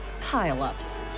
pile-ups